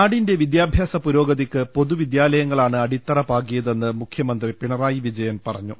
നാടിന്റെ വിദ്യാഭ്യാസ പുരോഗതിക്ക് പൊതുവിദ്യാല യങ്ങളാണ് അടിത്തറ പാകിയതെന്ന് മുഖ്യമന്ത്രി പിണറായി വിജയൻ പറഞ്ഞു